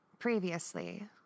previously